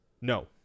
no